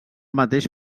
mateix